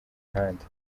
ahandi